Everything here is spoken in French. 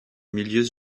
milieux